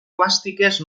plàstiques